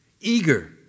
eager